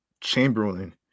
chamberlain